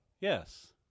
Yes